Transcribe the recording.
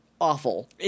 awful